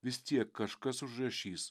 vis tiek kažkas užrašys